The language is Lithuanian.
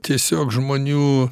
tiesiog žmonių